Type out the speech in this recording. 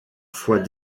fois